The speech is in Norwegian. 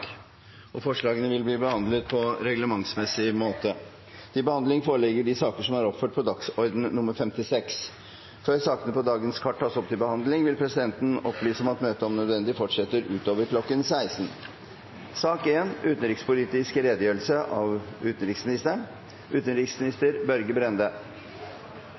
sokkel. Forslagene vil bli behandlet på reglementsmessig måte. Før sakene på dagens kart tas opp til behandling, vil presidenten opplyse om at møtet om nødvendig fortsetter utover kl. 16. Fjorårets utenrikspolitiske redegjørelse ble omtalt som mollstemt. Jeg skulle gjerne holdt årets redegjørelse i et litt lysere toneleie. Heldigvis er det positive ting å berette: fra bedring av